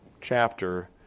chapter